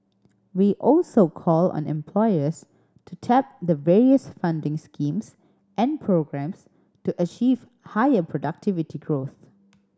we also call on employers to tap the various funding schemes and programmes to achieve higher productivity growth